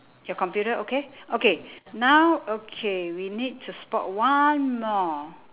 your computer okay okay now okay we need to spot one more